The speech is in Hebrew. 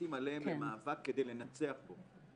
כדי לנצח בו.